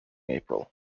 april